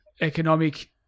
economic